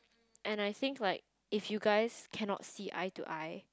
and I think like if you guys cannot see eye to eye